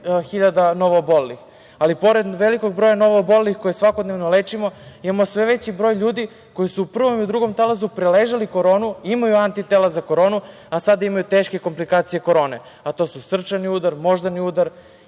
5.000 novoobolelih. Ali, pored velikog broja novoobolelih koje svakodnevno lečimo imamo sve veći broj ljudi koji su u prvom i u drugom talasu preležali koronu i imaju antitela za kooronu, a sada imaju teške komplikacije korone. To su srčani udar, moždani udar,